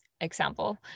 example